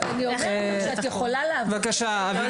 אני